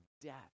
death